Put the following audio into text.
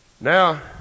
Now